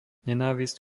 nenávisť